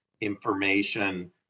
information